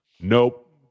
nope